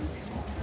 Hvala.